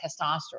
testosterone